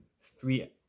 three